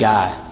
God